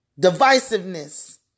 divisiveness